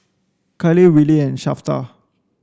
Kyleigh Wiley and Shafter